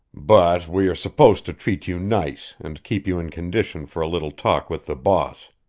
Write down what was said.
but we are supposed to treat you nice and keep you in condition for a little talk with the boss.